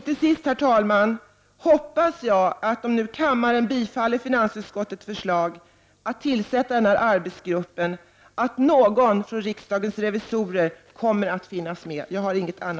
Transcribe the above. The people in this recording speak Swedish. Till sist, herr talman, hoppas jag att om kammaren bifaller finansutskottets förslag om att tillsätta en arbetsgrupp, att någon från riksdagens revisorer kommer att finnas med i arbetsgruppen.